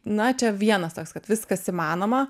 na čia vienas toks kad viskas įmanoma